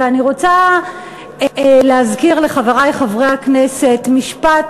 ואני רוצה להזכיר לחברי חברי הכנסת משפט,